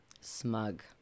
smug